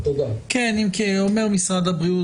אם כי אומר משרד הבריאות,